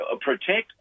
protect